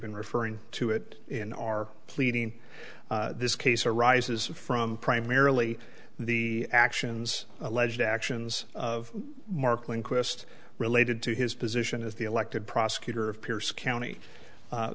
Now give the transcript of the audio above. been referring to it in our pleading this case arises from primarily the actions alleged actions of mark lindquist related to his position as the elected prosecutor of pierce county